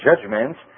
judgments